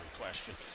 question